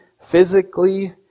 physically